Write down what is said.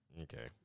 okay